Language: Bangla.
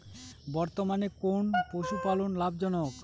বর্তমানে কোন পশুপালন লাভজনক?